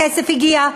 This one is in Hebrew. הכסף הגיע,